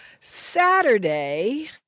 saturday